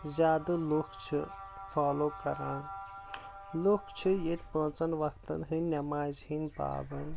زیادٕ لُکھ چھِ فالو کران لُکھ چھُ ییٚتۍ پانٛژن وقتن ہنٛدۍ نٮ۪مازِ ہنٛدۍ پابنٛد